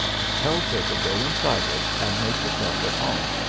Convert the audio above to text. and tells her to go inside it and make herself at home.